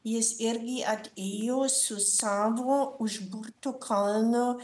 jis irgi atėjo su savo užburtu kalnu